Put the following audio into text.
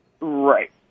right